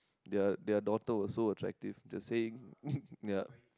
their their daughter also attractive the same